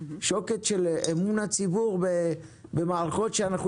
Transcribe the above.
שוקת של אמון הציבור במערכות שאנחנו